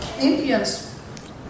indians